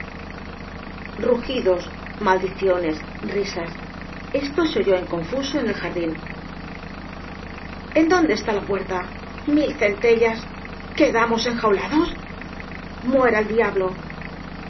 rugidos maldiciones risas esto se oyó en confuso en el jardín en dónde está la puerta mil centellas quedamos enjaulados muera el diablo